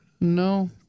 No